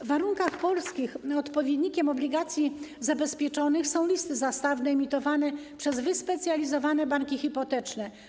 W warunkach polskich odpowiednikiem obligacji zabezpieczonych są listy zastawne emitowane przez wyspecjalizowane banki hipoteczne.